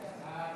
בעד, בעד.